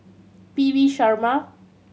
P V Sharma